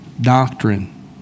doctrine